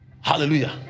Hallelujah